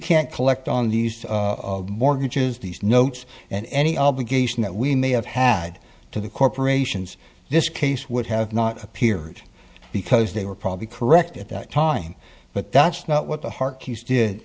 can't collect on these mortgages these notes and any obligation that we may have had to the corporations this case would have not appeared because they were probably correct at that time but that's not what the heart keys did